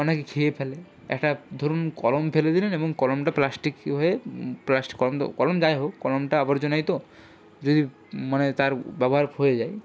অনেকে খেয়ে ফেলে একটা ধরুন কলম ফেলে দিলেন এবং কলমটা প্লাস্টিক হয়ে প্লাস্টিক কলম তো কলম যাই হোক কলমটা আবর্জনাই তো যদি মানে তার ব্যবহার হয়ে যায়